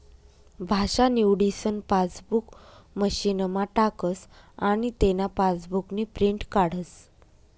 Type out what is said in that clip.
भाषा निवडीसन पासबुक मशीनमा टाकस आनी तेना पासबुकनी प्रिंट काढस